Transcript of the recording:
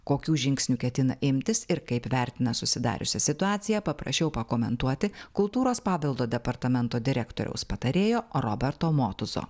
kokių žingsnių ketina imtis ir kaip vertina susidariusią situaciją paprašiau pakomentuoti kultūros paveldo departamento direktoriaus patarėjo roberto motuzo